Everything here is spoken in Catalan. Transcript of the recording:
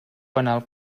penal